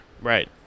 right